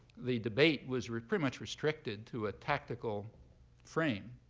the debate was pretty much restricted to a tactical frame.